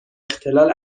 اختلال